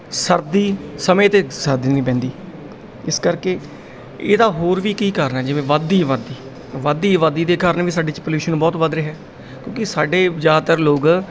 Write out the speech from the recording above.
ਸਰਦੀ ਸਮੇਂ 'ਤੇ ਸਰਦੀ ਨੀ ਪੈਂਦੀ ਇਸ ਕਰਕੇ ਇਹਦਾ ਹੋਰ ਵੀ ਕੀ ਕਾਰਨ ਜਿਵੇਂ ਵਧਦੀ ਆਬਾਦੀ ਵੱਧਦੀ ਆਬਾਦੀ ਦੇ ਕਾਰਨ ਵੀ ਸਾਡੇ 'ਚ ਪਲਿਊਸ਼ਨ ਬਹੁਤ ਵੱਧ ਰਿਹਾ ਕਿਉਂਕਿ ਸਾਡੇ ਜ਼ਿਆਦਾਤਰ ਲੋਕ